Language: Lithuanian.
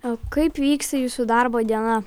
o kaip vyksta jūsų darbo diena